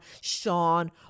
Sean